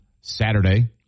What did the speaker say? Saturday